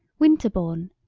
winterbourne,